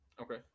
Okay